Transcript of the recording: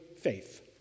faith